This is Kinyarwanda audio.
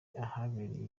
ahabereye